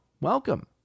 Welcome